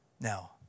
Now